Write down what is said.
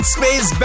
Space